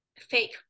Fake